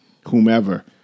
whomever